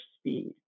speed